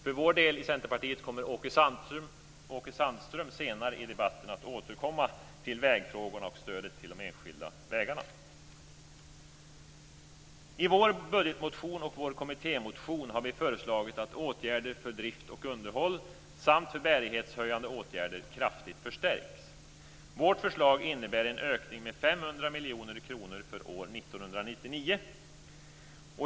För Centerpartiet kommer Åke Sandström att senare i debatten återkomma till vägfrågorna och stödet till de enskilda vägarna. I vår budgetmotion och i vår kommittémotion har vi föreslagit att åtgärder för drift och underhåll samt för bärighetshöjande insatser kraftigt förstärks. Vårt förslag innebär en ökning med 500 miljoner kronor för år 1999.